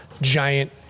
giant